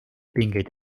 pingeid